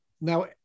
now